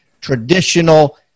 traditional